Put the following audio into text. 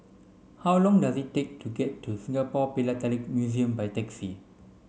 how long does it take to get to Singapore Philatelic Museum by taxi